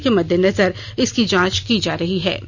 इसी के मद्देनजर इसकी जांच की जा रही है